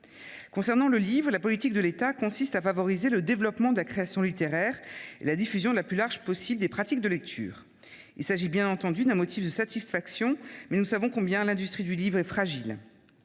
Concernant le livre, la politique de l’État consiste à favoriser le développement de la création littéraire et la diffusion la plus large possible des pratiques de lecture. Il s’agit, bien entendu, d’un motif de satisfaction, mais nous savons combien l’industrie du livre est fragile.